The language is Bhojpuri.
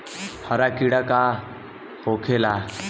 हरा कीड़ा का होखे ला?